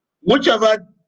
Whichever